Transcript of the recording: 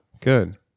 Good